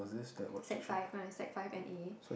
sec five when I sec five N_A